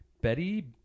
Betty